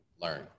learn